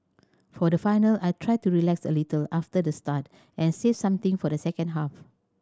for the final I tried to relax a little after the start and save something for the second half